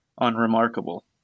unremarkable